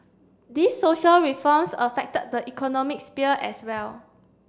these social reforms affected the economic sphere as well